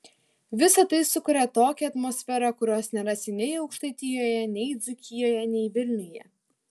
visa tai sukuria tokią atmosferą kurios nerasi nei aukštaitijoje nei dzūkijoje nei vilniuje